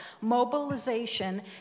mobilization